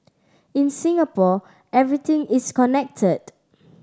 in Singapore everything is connected